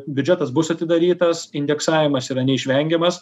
biudžetas bus atidarytas indeksavimas yra neišvengiamas